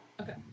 Okay